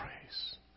praise